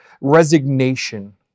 resignation